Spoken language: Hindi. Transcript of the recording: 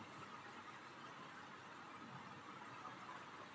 अजवाइन के फायदों के बारे में तुम जानती हो?